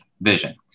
vision